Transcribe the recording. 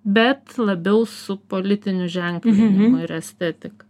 bet labiau su politiniu ir ženklinimu ir estetika